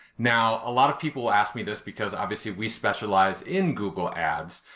now, a lot of people ask me this because, obviously, we specialize in google ads.